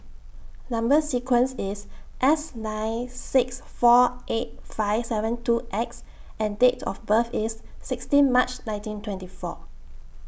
Number sequence IS S nine six four eight five seven two X and Date of birth IS sixteen March nineteen twenty four